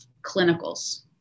clinicals